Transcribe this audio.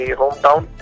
hometown